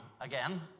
again